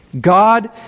God